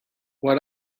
what